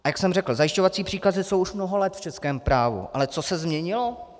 A jak jsem řekl, zajišťovací příkazy jsou už mnoho let v českém právu, ale co se změnilo?